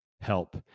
help